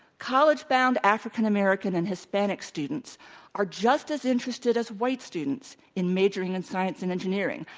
college bound african-american and hispanic students are just as interested as white students in majoring in science and engineering,